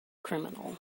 criminal